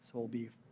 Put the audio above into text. so we'll be